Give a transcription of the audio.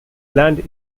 land